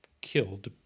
killed